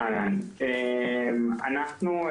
אהלן, אנחנו,